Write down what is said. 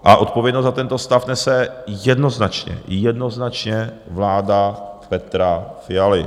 A odpovědnost za tento stav nese jednoznačně, jednoznačně, vláda Petra Fialy.